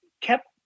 kept